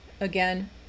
Again